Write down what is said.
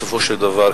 בסופו של דבר,